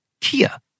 Kia